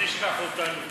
אל תשכח אותנו.